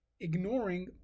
ignoring